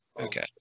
Okay